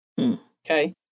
okay